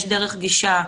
יש דרך גישה .